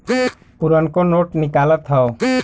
पुरनको नोट निकालत हौ